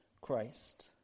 Christ